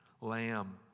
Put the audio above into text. lamb